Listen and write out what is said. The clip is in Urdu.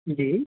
جی